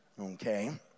Okay